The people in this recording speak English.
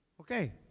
Okay